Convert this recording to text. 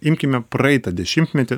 imkime praeitą dešimtmetį